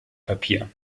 papier